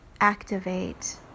activate